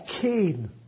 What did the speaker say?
Cain